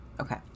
okay